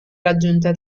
raggiunta